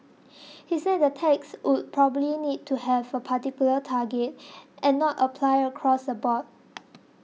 he said that the tax would probably need to have a particular target and not apply across the board